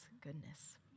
goodness